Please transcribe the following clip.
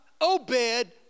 Obed